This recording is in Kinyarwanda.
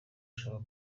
ashaka